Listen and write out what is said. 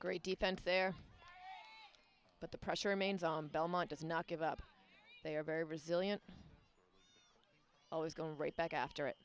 great defense there but the pressure remains on belmont does not give up they are very resilient always going right back after it